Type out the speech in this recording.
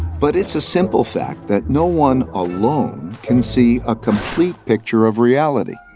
but it's a simple fact that no one alone can see a complete picture of reality.